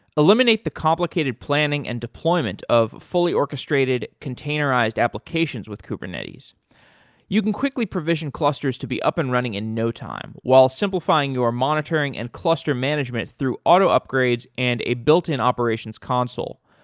eliminate the complicated planning and deployment of fully orchestrated containerized applications with kubernetes you can quickly provision clusters to be up and running in no time, while simplifying your monitoring and cluster management through auto upgrades and a built-in operations console.